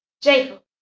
Jacob